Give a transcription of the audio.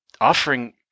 offering